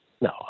No